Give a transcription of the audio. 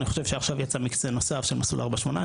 אני חושב שעכשיו יצא מקצה נוסף של מסלול 4.18,